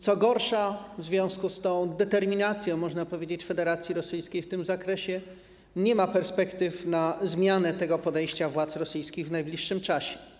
Co gorsza, w związku z tą determinacją, można powiedzieć, Federacji Rosyjskiej w tym zakresie nie ma perspektyw na zmianę podejścia władz rosyjskich w najbliższym czasie.